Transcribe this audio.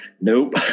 Nope